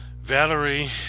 Valerie